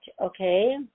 okay